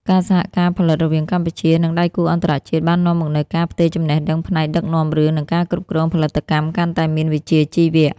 ការសហការផលិតរវាងកម្ពុជា និងដៃគូអន្តរជាតិបាននាំមកនូវការផ្ទេរចំណេះដឹងផ្នែកដឹកនាំរឿង និងការគ្រប់គ្រងផលិតកម្មកាន់តែមានវិជ្ជាជីវៈ។